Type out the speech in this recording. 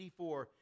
84